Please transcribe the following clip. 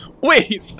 wait